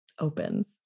opens